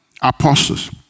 apostles